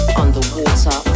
underwater